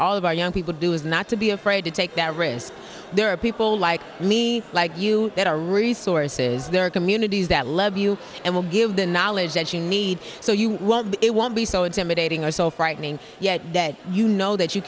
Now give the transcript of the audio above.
all of our young people do is not to be afraid to take that risk there are people like me like you that are resources there are communities that love you and will give the knowledge that you need so you won't be so it's imitating are so frightening yet you know that you